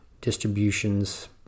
distributions